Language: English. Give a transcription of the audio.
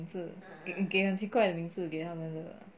给很奇怪的名字给他们